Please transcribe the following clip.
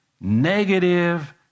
negative